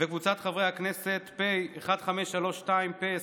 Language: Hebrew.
וקבוצת חברי הכנסת, פ/1532/25,